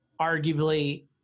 arguably